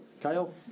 Kyle